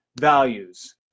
values